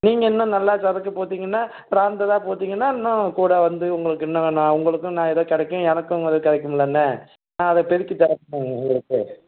நீங்கள் இன்னும் நல்லா சரக்கு போட்டிங்கன்னால் ப்ராண்டடாக போட்டிங்கன்னால் இன்னும் கூட வந்து உங்களுக்கு இன்னும் நான் உங்களுக்கும் நான் ஏதாவது கிடைக்கும் எனக்கும் ஏதாவது கிடைக்குமுலண்ண அதை உங்களுக்கு